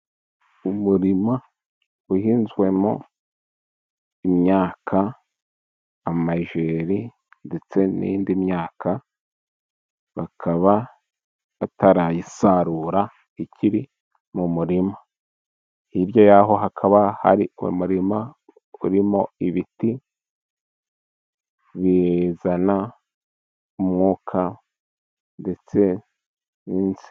Umurimo uhinzwemo imyaka amajeri ndetse n'indi myaka, bakaba batarayisarura ikiri mu murima, hirya yaho hakaba hari umurima urimo ibiti bizana umwuka ndetse n'insina.